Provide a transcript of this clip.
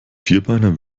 vierbeiner